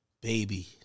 Baby